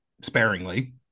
sparingly